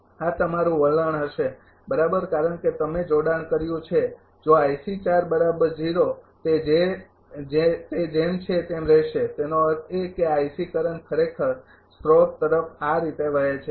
આ તમારુ વલણ હશે બરાબર કારણ કે તમે જોડાણ કર્યું છે જો તે જેમ છે તેમ રહેશે તેનો અર્થ એ કે આ કરંટ ખરેખર સ્રોત તરફ આ રીતે વહે છે